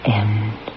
end